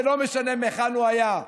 ולא משנה מהיכן הוא היה,